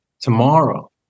tomorrow